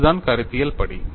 அதுதான் கருத்தியல் படி